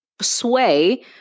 sway